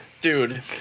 Dude